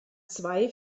zwei